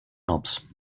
alps